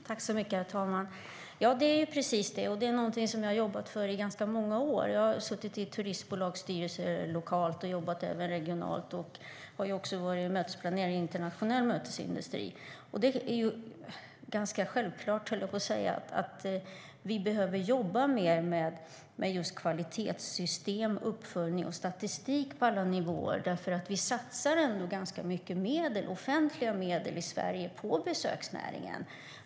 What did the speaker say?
Herr talman! Det är precis så, och det är något som jag har jobbat för i ganska många år. Jag har suttit i turistbolagsstyrelser lokalt och jobbat även regionalt, och jag har också varit mötesplanerare i internationell mötesindustri. Det är ganska självklart att vi behöver jobba mer med kvalitetssystem, uppföljning och statistik på alla nivåer. Vi satsar ändå ganska mycket offentliga medel i Sverige på besöksnäringen.